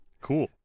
Cool